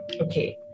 okay